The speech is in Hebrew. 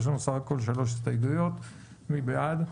מי נגד?